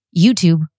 YouTube